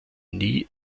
nie